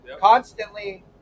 constantly